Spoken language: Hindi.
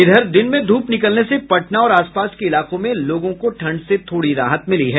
इधर दिन में धूप निकलने से पटना और आसपास के इलाकों में लोगों को ठंड से थोड़ी राहत मिली है